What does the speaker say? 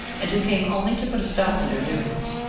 and who came only to put a stop to their doings.